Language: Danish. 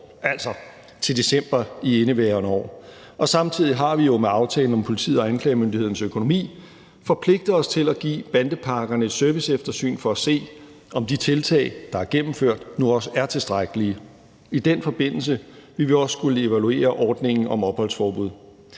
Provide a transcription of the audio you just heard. altså til december i indeværende år. Samtidig har vi jo med aftalen om politiets og anklagemyndighedens økonomi forpligtet os til at give bandepakkerne et serviceeftersyn for at se, om de tiltag, der er gennemført, nu også er tilstrækkelige. I den forbindelse vil vi også skulle evaluere ordningen om opholdsforbud.